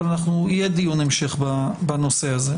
אבל יהיה דיון המשך בנושא הזה.